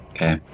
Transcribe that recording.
Okay